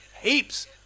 heaps